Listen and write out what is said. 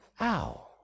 Ow